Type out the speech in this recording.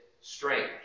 strange